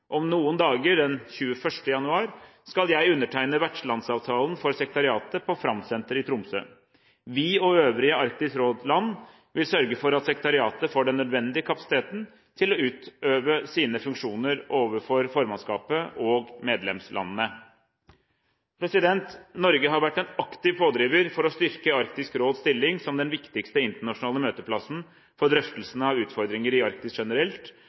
Om noen dager, den 21. januar, skal jeg undertegne vertslandsavtalen for sekretariatet på Framsenteret i Tromsø. Vi og øvrige Arktisk råd-land vil sørge for at sekretariatet får den nødvendige kapasiteten til å utøve sine funksjoner overfor formannskapet og medlemslandene. Norge har vært en aktiv pådriver for å styrke Arktisk råds stilling som den viktigste internasjonale møteplassen for drøftelsene av utfordringer i Arktis generelt